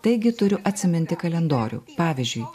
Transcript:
taigi turiu atsiminti kalendorių pavyzdžiui